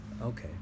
Okay